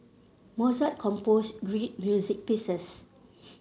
Mozart composed great music pieces